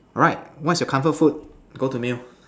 alright what is your comfort food go to meal